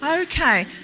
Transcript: okay